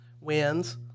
wins